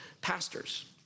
pastors